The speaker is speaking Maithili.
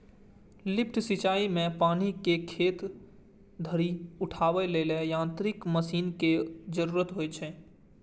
लिफ्ट सिंचाइ मे पानि कें खेत धरि उठाबै लेल यांत्रिक मशीन के जरूरत होइ छै